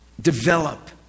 develop